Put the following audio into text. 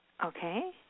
Okay